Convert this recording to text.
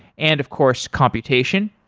and of course, computation.